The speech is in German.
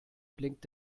blinkt